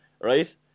right